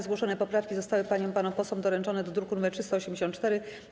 Zgłoszone poprawki zostały paniom i panom posłom doręczone do druku nr 384.